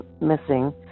missing